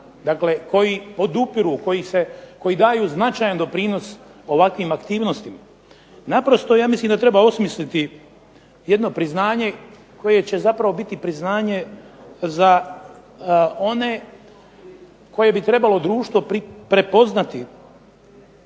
odupiru, koji se, koji daju značajan doprinos ovakvim aktivnostima. Naprosto ja mislim da treba osmisliti jedno priznanje koje će zapravo biti priznanje za one koje bi trebalo društvo prepoznati.